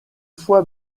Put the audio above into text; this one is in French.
fois